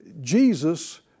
Jesus